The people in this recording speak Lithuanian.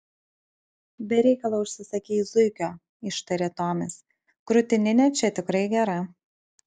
be reikalo užsisakei zuikio ištarė tomis krūtininė čia tikrai gera